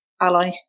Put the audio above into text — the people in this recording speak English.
ally